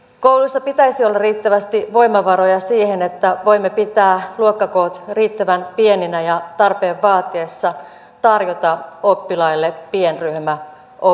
kouluissa pitäisi olla riittävästi voimavaroja siihen että voimme pitää luokkakoot riittävän pieninä ja tarpeen vaatiessa tarjota oppilaille pienryhmäopetusta